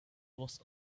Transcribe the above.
was